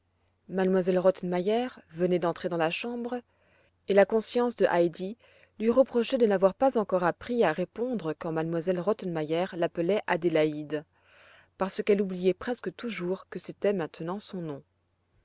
m elle rottenmeier venait d'entrer dans la chambre et la conscience de heidi lui reprochait de n'avoir pas encore appris à répondre quand m elle rottemeier l'appelait adélaïde parce qu'elle oubliait presque toujours que c'était maintenant son nom